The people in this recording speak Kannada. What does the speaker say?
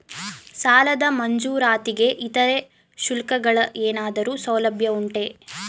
ಸಾಲದ ಮಂಜೂರಾತಿಗೆ ಇತರೆ ಶುಲ್ಕಗಳ ಏನಾದರೂ ಸೌಲಭ್ಯ ಉಂಟೆ?